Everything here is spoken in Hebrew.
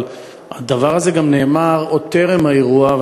אבל הדבר הזה נאמר עוד טרם האירוע,